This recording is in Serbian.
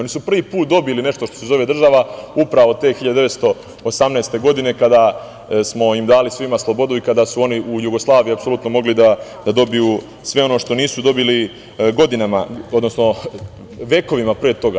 Oni su prvi put dobili nešto što se zove država, upravo te 1918. godine, kada smo im svima dali slobodu i kada su oni u Jugoslaviji apsolutno mogli da dobiju sve ono što nisu dobili godinama, odnosno vekovima pre toga.